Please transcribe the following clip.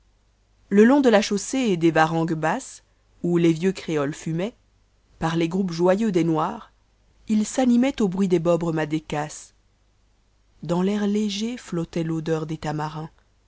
le long de la chaussée et des varangues basses ou les vieux créoïes fumaient par les groupes joyeux des noirs ils s'animaient au bruit des bobres madécasses dans l'air léger ûottait rôdeur des tamarins